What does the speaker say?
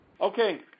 Okay